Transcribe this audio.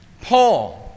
Paul